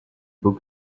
beau